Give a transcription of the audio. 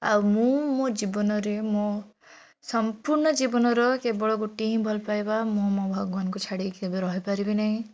ଆଉ ମୁଁ ମୋ ଜୀବନରେ ମୋ ସମ୍ପୂର୍ଣ୍ଣ ଜୀବନର କେବଳ ଗୋଟିଏ ହିଁ ଭଲ ପାଇବା ମୁଁ ମୋ ଭଗବାନକୁ ଛାଡ଼ିକି କେବେ ରହିପାରିବି ନାହିଁ